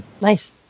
Nice